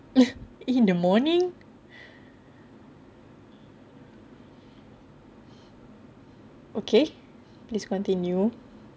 in the morning okay please continue